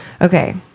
Okay